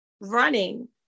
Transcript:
running